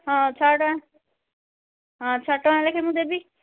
ହଁ ଛଅଟଙ୍କା ହଁ ଛଅଟଙ୍କା ଲେଖା ମୁଁ ଦେବି